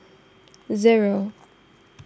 zero